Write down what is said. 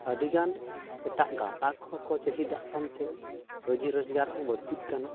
ᱟᱹᱰᱤᱜᱟᱱ ᱮᱴᱟᱜ ᱜᱟᱛᱟᱠ ᱦᱚᱸᱠᱚ ᱪᱟᱹᱦᱤᱫᱟᱜ ᱠᱟᱱᱛᱮ ᱨᱩᱡᱤ ᱨᱳᱡᱽᱜᱟᱨᱦᱚᱸ ᱵᱟᱹᱲᱛᱤᱜ ᱠᱟᱱᱟ